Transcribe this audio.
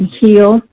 heal